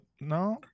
No